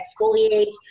exfoliate